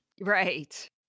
Right